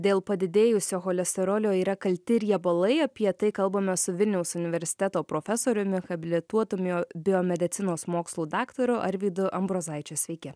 dėl padidėjusio cholesterolio yra kalti riebalai apie tai kalbame su vilniaus universiteto profesoriumi habilituotu mio biomedicinos mokslų daktaru arvydu ambrozaičiu sveiki